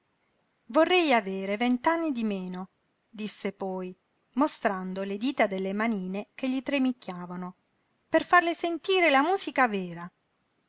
vorrei aver vent'anni di meno disse poi mostrando le dita delle manine che gli tremicchiavano per farle sentire la musica vera